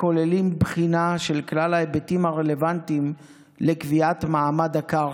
הכוללים בחינה של כלל ההיבטים הרלוונטיים לקביעת מעמד הקרקע,